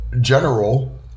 general